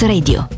Radio